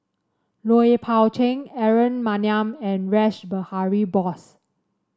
Lui Pao Chuen Aaron Maniam and Rash Behari Bose